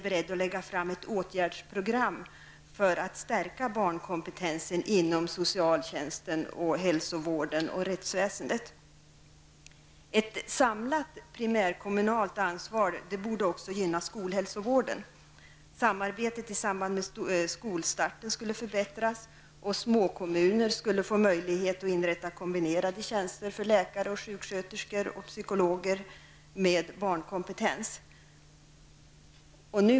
Ett samlat primärkommunalt ansvar borde också gynna skolhälsovården. Samarbetet i samband med skolstarten skulle förbättras och småkommuner skulle kunna inrätta kombinerade tjänster för läkare, sjuksköterskor och psykologer med barnkompetens.